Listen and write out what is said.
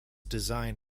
design